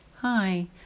Hi